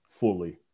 Fully